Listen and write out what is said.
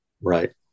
Right